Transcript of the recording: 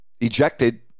ejected